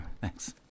Thanks